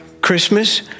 Christmas